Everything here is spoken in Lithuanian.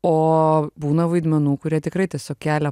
o būna vaidmenų kurie tikrai tiesiog kelia